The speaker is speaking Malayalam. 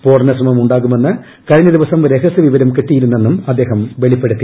സ്ഫോടന പ്രശ്മർ ഉണ്ടാകുമെന്ന് കഴിഞ്ഞ ദിവസം രഹസ്യവിവരം കിട്ടിയിരു്ക്ന്ന്നും അദ്ദേഹം വെളിപ്പെടുത്തി